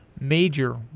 Major